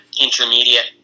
intermediate